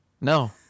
no